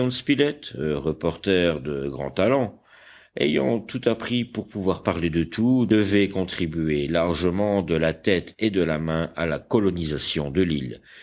spilett reporter de grand talent ayant tout appris pour pouvoir parler de tout devait contribuer largement de la tête et de la main à la colonisation de l'île